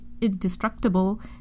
indestructible